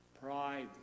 Pride